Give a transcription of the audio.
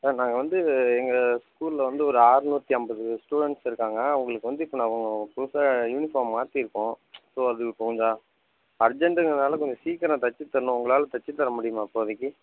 sir நாங்கள் வந்து எங்கள் ஸ்கூலில் வந்து ஒரு ஆறுநூற்றி ஐம்பது ஸ்டூடண்ட்ஸ் இருக்காங்க அவங்களுக்கு வந்து இப்போ நாங்கள் புதுசாக யூனிஃபார்ம் மாற்றியிருக்கோம் ஸோ அது இப்போ கொஞ்சம் அர்ஜெண்ட்டுங்குறதுனால கொஞ்சம் சீக்கரம் தச்சித்தரணும் உங்களால் தச்சித்தர முடியுமா இப்போதைக்கு